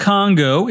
Congo